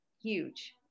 huge